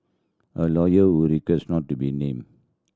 a lawyer who requested not to be named